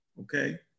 okay